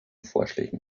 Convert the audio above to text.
vorschlägen